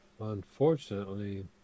Unfortunately